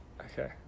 Okay